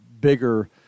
bigger